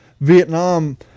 vietnam